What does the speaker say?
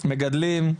מגדלים,